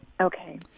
Okay